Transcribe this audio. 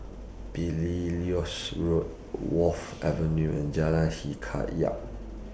Belilios Road Wharf Avenue and Jalan Hikayat